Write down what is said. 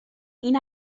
این